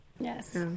Yes